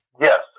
Yes